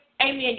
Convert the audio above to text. Amen